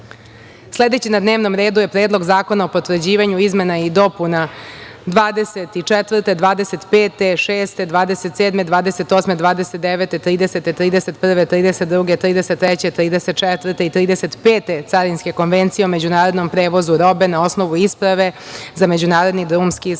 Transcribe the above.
EFTA.Sledeći na dnevnom redu je Predlog zakona o potvrđivanju izmena i dopuna 24, 25, 26, 27, 28, 29, 30, 31, 32, 33, 34 i 35 Carinske konvencije o međunarodnom prevozu robe na osnovu isprave za međunarodni drumski prevoz